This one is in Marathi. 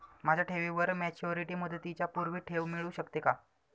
माझ्या ठेवीवर मॅच्युरिटी मुदतीच्या पूर्वी ठेव मिळू शकते का?